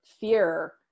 fear